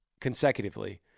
consecutively